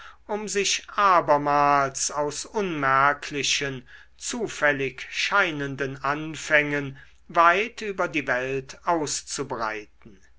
um sich abermals aus unmerklichen zufällig scheinenden anfängen weit über die welt auszubreiten